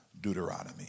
Deuteronomy